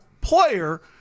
player